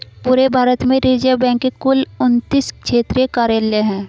पूरे भारत में reserve bank के कुल उनत्तीस क्षेत्रीय कार्यालय हैं